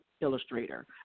illustrator